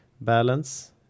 balance